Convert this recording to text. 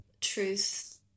truth